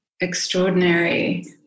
extraordinary